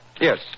Yes